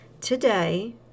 today